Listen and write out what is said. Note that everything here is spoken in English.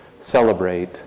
celebrate